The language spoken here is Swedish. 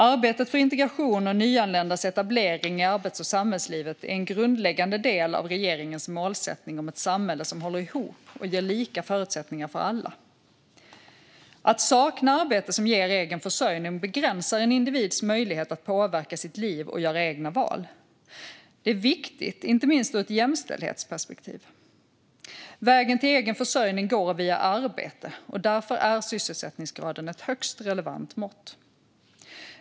Arbetet för integration och nyanländas etablering i arbets och samhällslivet är en grundläggande del av regeringens målsättning om ett samhälle som håller ihop och ger lika förutsättningar för alla. Att sakna arbete som ger egen försörjning begränsar en individs möjligheter att påverka sitt liv och göra egna val. Det är viktigt, inte minst ur ett jämställdhetsperspektiv. Vägen till egen försörjning går via arbete, och därför är sysselsättningsgraden ett högst relevant mått.